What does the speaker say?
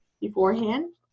beforehand